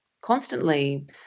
constantly